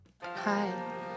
Hi